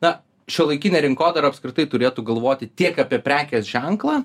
na šiuolaikinė rinkodara apskritai turėtų galvoti tiek apie prekės ženklą